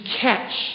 catch